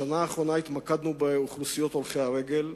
בשנה האחרונה התמקדנו באוכלוסיות הולכי הרגל,